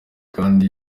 kandi